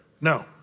no